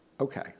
Okay